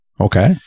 Okay